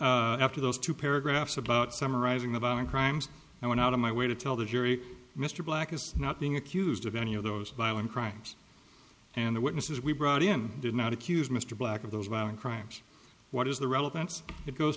argument after those two paragraphs about summarizing the violent crimes and went out of my way to tell the jury mr black is not being accused of any of those violent crimes and the witnesses we brought in did not accuse mr black of those violent crimes what is the relevance it goes